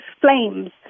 flames